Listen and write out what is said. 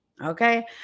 Okay